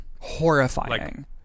horrifying